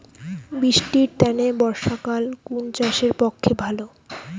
বৃষ্টির তানে বর্ষাকাল কুন চাষের পক্ষে ভালো?